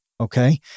Okay